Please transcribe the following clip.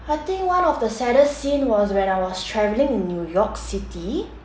I think one of the saddest scene was when I was traveling in new york city